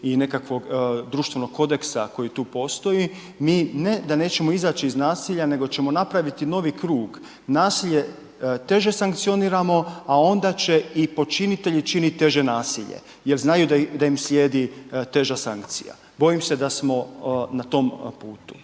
i nekakvog društvenog kodeksa koji tu postoji. Mi ne da nećemo izaći iz nasilja nego ćemo napraviti novi krug. Nasilje teže sankcioniramo, a onda će i počinitelji činiti teže nasilje jer znaju da im slijedi teža sankcija. Bojim se da smo na tom putu.